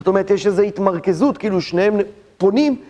זאת אומרת, יש איזו התמרכזות, כאילו שניהם פונים.